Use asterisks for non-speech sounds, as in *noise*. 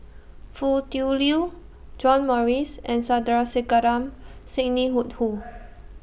Foo Tui Liew John Morrice and Sandrasegaran Sidney Woodhull *noise*